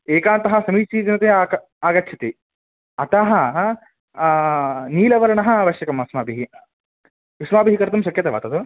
एकान्तः समीचीनतया आक आगच्छति अतः नीलवर्णः आवश्यकमस्माभिः युष्माभिः कर्तुं शक्यते वा तद्